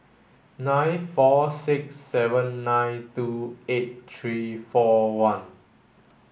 nine four six seven nine two eight three four one